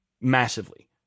massively